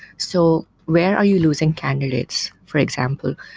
so where are you losing candidates, for example?